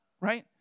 Right